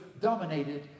dominated